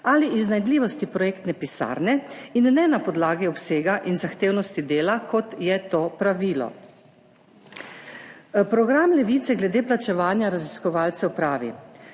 ali iznajdljivosti projektne pisarne in ne na podlagi obsega in zahtevnosti dela, kot je to pravilo. Program Levice glede plačevanja raziskovalcev pravi: